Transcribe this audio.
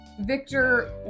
Victor